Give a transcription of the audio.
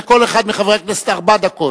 אני אתן לכל אחד מחברי הכנסת ארבע דקות,